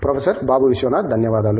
professor Babu Vishwanath ధన్యవాదాలు